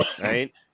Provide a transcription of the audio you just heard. Right